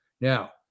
Now